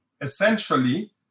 essentially